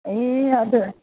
ए हजुर